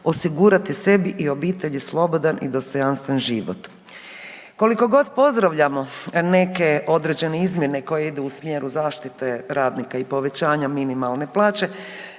osigurati sebi i obitelji slobodan i dostojanstven život. Koliko god pozdravljamo neke određene izmjene koje idu u smjeru zaštite radnika i povećanja minimalne plaće,